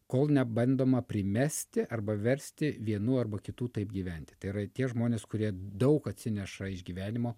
kol nebandoma primesti arba versti vienų arba kitų taip gyventi tai yra tie žmonės kurie daug atsineša iš gyvenimo